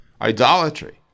idolatry